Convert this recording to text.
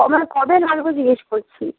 কবে লাগবে জিজ্ঞেস করছি